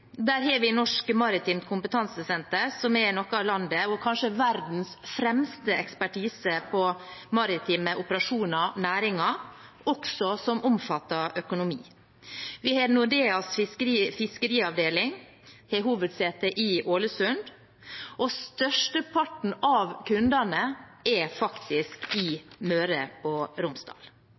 Norsk Maritimt Kompetansesenter, som har noe av landets, og kanskje verdens, fremste ekspertise på maritime operasjoner og næringer, og som også omfatter økonomi. Vi har Nordeas fiskeriavdeling. De har hovedsete i Ålesund. Størsteparten av kundene er faktisk i Møre og Romsdal.